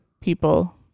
people